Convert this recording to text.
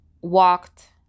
Walked